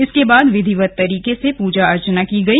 इसके बाद विधिवत तरीके से पूजा अर्चना की गई